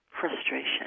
frustration